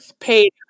paid